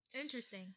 interesting